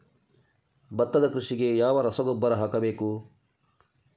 ಭತ್ತದ ಕೃಷಿಗೆ ಯಾವ ರಸಗೊಬ್ಬರ ಹಾಕಬೇಕು?